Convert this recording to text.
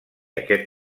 aquest